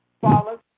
follows